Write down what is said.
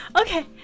Okay